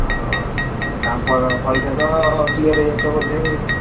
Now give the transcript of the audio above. ହଁ ହଉ ତାଙ୍କ ପଇସା ତ କ୍ଳିଅର୍ ହୋଇଯାଇଥିବ ବୋଧେ